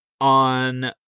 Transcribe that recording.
on